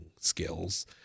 skills